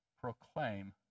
Proclaim